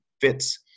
fits